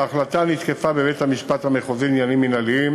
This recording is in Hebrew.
ההחלטה נתקפה בבית-המשפט המחוזי לעניינים מינהליים